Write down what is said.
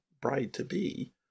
bride-to-be